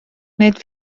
nid